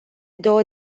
două